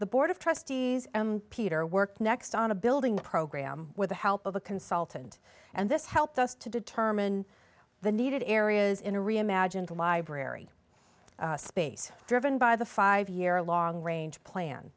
the board of trustees peter worked next on a building programme with the help of a consultant and this helped us to determine the needed areas in a reimagined library space driven by the five year long range plan